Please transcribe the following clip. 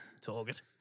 Target